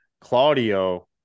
Claudio